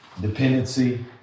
dependency